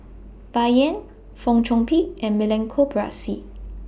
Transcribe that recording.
Bai Yan Fong Chong Pik and Milenko Prvacki